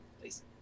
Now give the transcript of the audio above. please